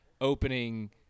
opening